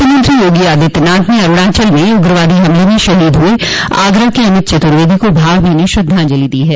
मुख्यमंत्री योगी आदित्यनाथ ने अरूणाचल में उग्रवादी हमले में शहीद हुए आगरा के अमित चतुर्वेदी को भावभीनी श्रद्वाजंलि दी है